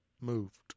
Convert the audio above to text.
moved